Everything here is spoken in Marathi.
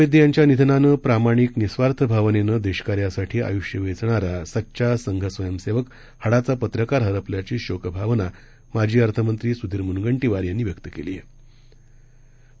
वैद्ययांच्यानिधनानंप्रामाणीक निस्वार्थभावनेनंदेशकार्यासाठीआयुष्यवेचणारासच्चासंघस्वयंसेवक हाडाचापत्रकारहरपल्याचीशोकभावनामाजीअर्थमंत्रीसुधीरमु्नगंटीवारयांनीव्यक्तकेलीआहे